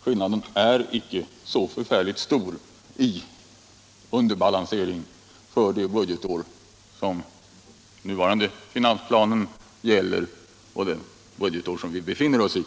Skillnaden är inte så förfärligt stor i underbalansering mellan det budgetår som den nuvarande finansplanen gäller och det budgetår som vi befinner oss i.